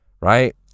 right